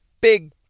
big